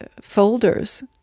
folders